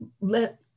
let